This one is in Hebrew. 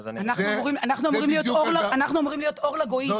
אנחנו אמורים להיות אור לגויים,